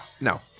No